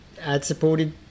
ad-supported